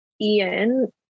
Ian